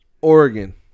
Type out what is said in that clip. Oregon